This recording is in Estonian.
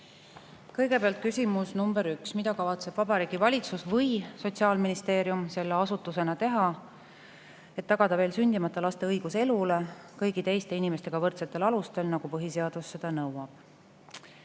pabereid.)Kõigepealt küsimus nr 1: "Mida kavatseb Vabariigi Valitsus või Sotsiaalministeerium selle asutusena teha, et tagada veel sündimata laste õigus elule kõigi teiste inimestega võrdsetel alustel, nagu põhiseadus seda nõuab?"